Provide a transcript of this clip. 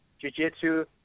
Jiu-Jitsu